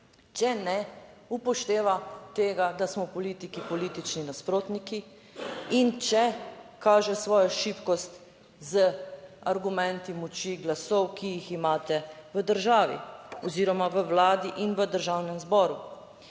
če ne upošteva tega, da smo politiki politični nasprotniki in če kaže svojo šibkost z argumenti moči glasov, ki jih imate v državi oziroma v Vladi in v Državnem zboru.